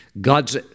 God's